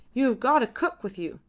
you have got a cook with you.